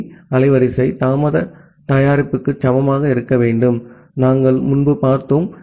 B அலைவரிசை தாமத தயாரிப்புக்கு சமமாக இருக்க வேண்டும் நாங்கள் முன்பு பார்த்தோம்